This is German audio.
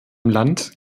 land